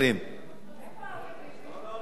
איפה אני?